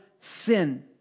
sin